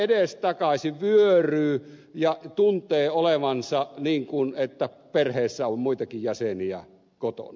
edestakaisin vyöryy ja tuntee olevansa niin kuin että perheessä on muitakin jäseniä kotona